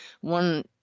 one